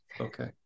okay